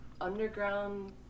underground